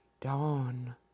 dawn